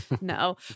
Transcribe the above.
no